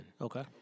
Okay